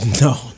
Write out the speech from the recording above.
No